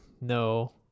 no